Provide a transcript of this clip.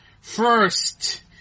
First